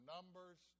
Numbers